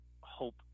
hope